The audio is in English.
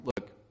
look